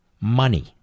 money